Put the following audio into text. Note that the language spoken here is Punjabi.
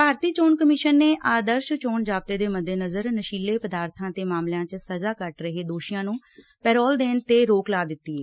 ਭਾਰਤੀ ਚੋਣ ਕਮਿਸ਼ਨ ਨੇ ਆਦਰਸ਼ ਚੋਣ ਜ਼ਾਬਤੇ ਦੇ ਮੱਦੇਨਜਰ ਨਸ਼ੀਲੇ ਪਦਾਰਬਾਂ ਦੇ ਮਾਮਲਿਆਂ ਚ ਸੱਜ਼ਾ ਕੱਟ ਰਹੇ ਦੋਸ਼ੀਆਂ ਨੂੰ ਪੈਰੋਲ ਦੇਣ ਤੇ ਰੋਕ ਲਗਾ ਦਿੱਤੀ ਏ